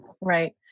Right